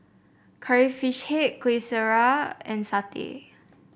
Curry Fish Head Kueh Syara and satay